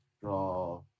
draw